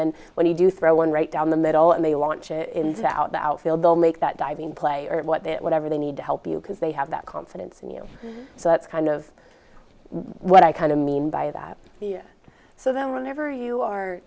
then when you do throw one right down the middle and they launch it out the outfield they'll make that diving play or what it whatever they need to help you because they have that confidence in you so that's kind of what i kind of mean by that so then whenever you are